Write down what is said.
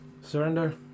surrender